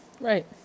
Right